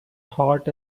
heart